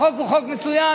החוק הוא חוק מצוין,